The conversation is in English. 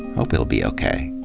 hope it'll be okay.